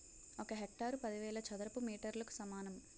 ఒక హెక్టారు పదివేల చదరపు మీటర్లకు సమానం